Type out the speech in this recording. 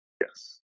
Yes